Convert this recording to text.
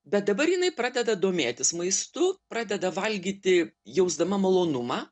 bet dabar jinai pradeda domėtis maistu pradeda valgyti jausdama malonumą